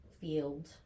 field